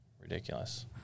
ridiculous